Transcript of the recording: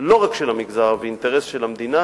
לא רק של המגזר הערבי, זה אינטרס של המדינה